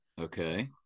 Okay